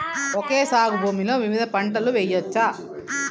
Okay సాగు భూమిలో వివిధ పంటలు వెయ్యచ్చా?